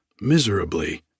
miserably